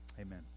Amen